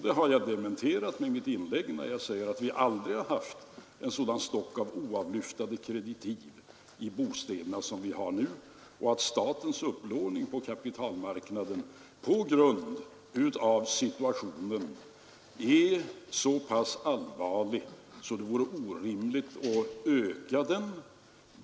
Det har jag dementerat med mitt inlägg när jag säger att vi aldrig har haft en sådan stock av oavlyftade kreditiv i bostäderna som vi har nu och att statens upplåning på kapitalmarknaden på grund av situationen är så pass allvarlig att det vore orimligt att öka den.